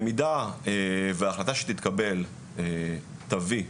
במידה וההחלטה שתתקבל תביא,